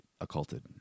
occulted